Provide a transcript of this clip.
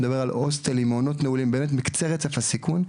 אני מדבר על הוסטלים ומעונות מעולים באמת מקצה רצף הסיכון,